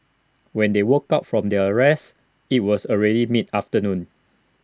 when they woke up from their rest IT was already mid afternoon